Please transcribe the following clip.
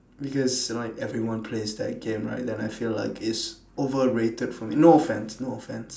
because like everyone plays that game right then I feel like it's overrated for me no offense no offense